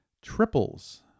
Triples